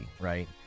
right